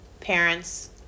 parents